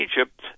Egypt